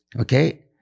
Okay